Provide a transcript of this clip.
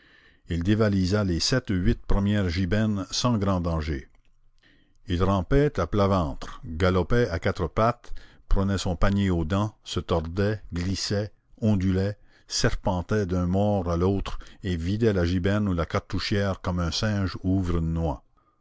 il dévalisa les sept ou huit premières gibernes sans grand danger il rampait à plat ventre galopait à quatre pattes prenait son panier aux dents se tordait glissait ondulait serpentait d'un mort à l'autre et vidait la giberne ou la cartouchière comme un singe ouvre une noix